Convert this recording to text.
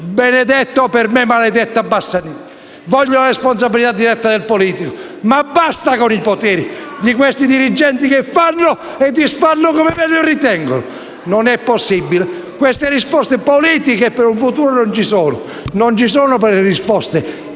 Benedetta - per me maledetta - legge Bassanini! Voglio la responsabilità diretta del politico; basta con i poteri di questi dirigenti che fanno e disfanno come meglio ritengono. Non è possibile. Queste risposte politiche per il futuro non ci sono: non ci sono delle risposte